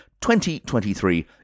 2023